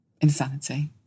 Insanity